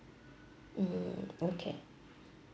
mm okay